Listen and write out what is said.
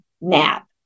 nap